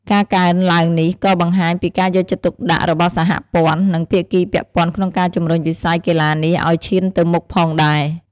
ការកើនឡើងនេះក៏បង្ហាញពីការយកចិត្តទុកដាក់របស់សហព័ន្ធ និងភាគីពាក់ព័ន្ធក្នុងការជំរុញវិស័យកីឡានេះឲ្យឈានទៅមុខផងដែរ។